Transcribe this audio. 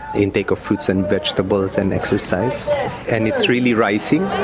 intake of fruits and vegetables and exercise and it's really rising.